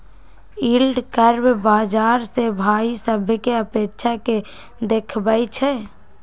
yield curve बाजार से भाइ सभकें अपेक्षा के देखबइ छइ